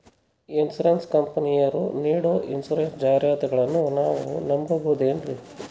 Insurance ಕಂಪನಿಯರು ನೀಡೋ insurance ಜಾಹಿರಾತುಗಳನ್ನು ನಾವು ನಂಬಹುದೇನ್ರಿ?